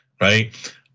right